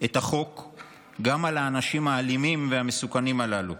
גם על האנשים האלימים והמסוכנים הללו,